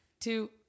two